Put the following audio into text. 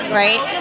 right